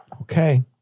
Okay